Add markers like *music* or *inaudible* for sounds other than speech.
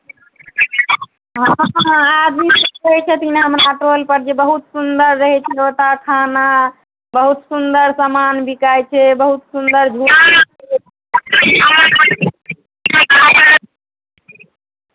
हँ हँ आदमीसभ कहै छथिन हमरा टोलपर जे बहुत सुन्दर रहै छै ओतय खाना बहुत सुन्दर सामान बिकाइ छै बहुत सुन्दर झूला छै *unintelligible*